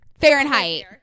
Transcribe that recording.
fahrenheit